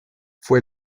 fue